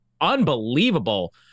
unbelievable